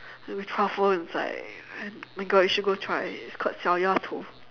with truffle inside and my god you should go try it's called xiao-ya-tou